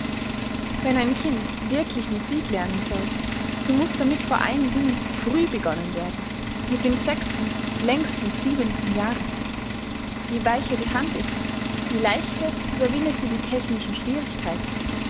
wenn ein kind wirklich musik lernen soll so muß damit vor allen dingen früh begonnen werden mit dem sechsten längstens siebenten jahre je weicher die hand ist je leichter überwindet sie die technischen schwierigkeiten